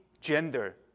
gender